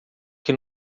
que